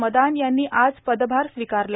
मदान यांनी आज पदभार स्वीकारला